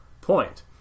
point